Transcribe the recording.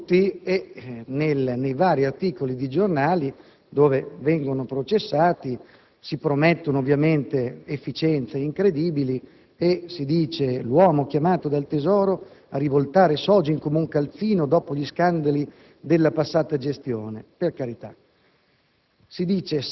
(il narcisismo è di tutti) nei vari articoli di giornali, dove vengono processati, si promettono efficienze incredibili e si dice "l'uomo chiamato dal Tesoro a rivoltare la società Sogin come un calzino dopo gli scandali della passata gestione". Si